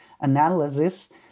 analysis